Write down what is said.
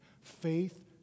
Faith